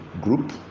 group